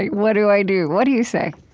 what do i do? what do you say?